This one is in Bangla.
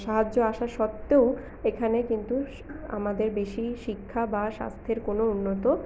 সাহায্য আসা সত্ত্বেও এখানে কিন্তু আমাদের বেশি শিক্ষা বা স্বাস্থ্যের কোনো উন্নত